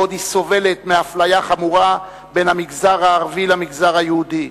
בעוד היא סובלת מאפליה חמורה בין המגזר הערבי למגזר היהודי,